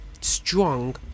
strong